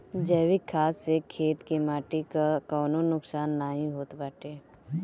जैविक खाद से खेत के माटी कअ कवनो नुकसान नाइ होत बाटे